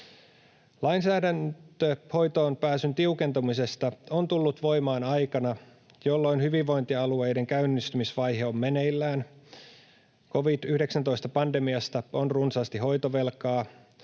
Lainsäädäntö hoitoonpääsyn tiukentamisesta on tullut voimaan aikana, jolloin hyvinvointialueiden käynnistymisvaihe on meneillään, covid-19-pandemiasta on runsaasti hoitovelkaa,